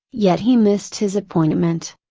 yet he missed his appointment.